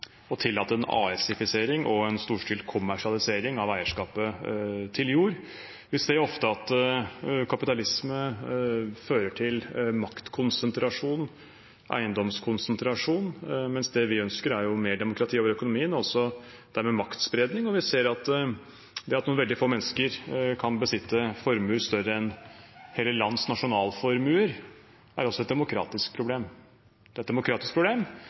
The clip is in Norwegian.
å tillate en AS-ifisering og en storstilt kommersialisering av eierskapet til jord. Vi ser ofte at kapitalisme fører til maktkonsentrasjon, eiendomskonsentrasjon, mens det vi ønsker, er mer demokrati over økonomien og dermed maktspredning. Det at noen veldig få mennesker kan besitte formuer større enn hele lands nasjonalformuer, er også et demokratisk problem. Det er et demokratisk problem.